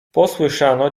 posłyszano